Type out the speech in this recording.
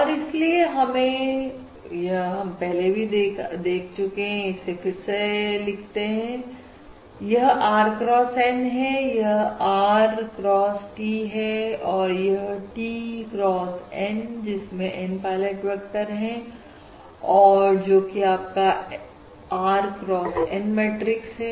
और इसलिए हमें यह पहले ही दिखा चुके हैं फिर से इसे लिखते हैं यह R cross N है यह R cross T है और यह T cross N जिसमें N पायलट वेक्टर हैं और जो कि आपका R cross N मैट्रिक्स है